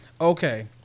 Okay